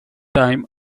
time